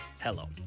hello